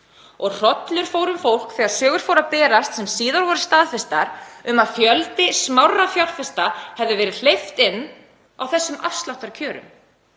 og hrollur fór um fólk þegar sögur fóru að berast sem síðan voru staðfestar, um að fjölda smárra fjárfesta hefði verið hleypt inn á þessum afsláttarkjörum.